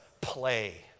play